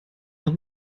der